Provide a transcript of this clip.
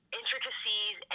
intricacies